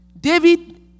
David